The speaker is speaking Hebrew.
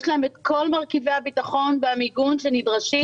יש להם את כל מרכיבי הביטחון והמיגון שנדרשים?